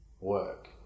work